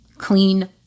clean